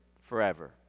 forever